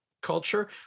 culture